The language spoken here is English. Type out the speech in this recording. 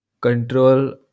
Control